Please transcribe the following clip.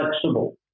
flexible